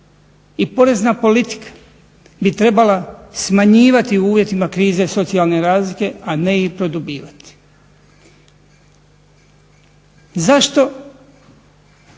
i porezna politika bi trebala smanjivati u uvjetima krize socijalne razlike, a ne ih produbljivati. Zašto